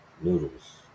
Noodles